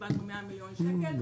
קיבלנו 100 מיליון שקל,